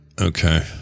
okay